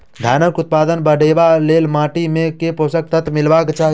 धानक उत्पादन बढ़ाबै लेल माटि मे केँ पोसक तत्व मिलेबाक चाहि?